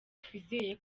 twizeye